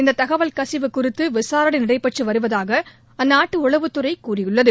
இந்த தகவல் கசிவு குறித்து விசாரணை நடைபெற்று வருவதாக அந்நாட்டு உளவுத்துறை கூறியுள்ளது